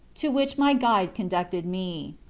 to which my guide conducted me.